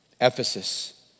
Ephesus